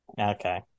Okay